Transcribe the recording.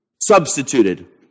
substituted